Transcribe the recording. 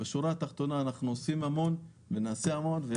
בשורה התחתונה אנחנו עושים המון ונעשה המון.